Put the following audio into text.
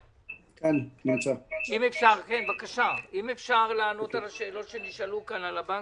אם אפשר לענות על השאלות שנשאלו כאן לגבי הבנקים,